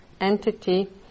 entity